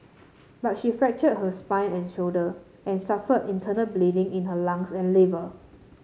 but she fractured her spine and shoulder and suffered internal bleeding in her lungs and liver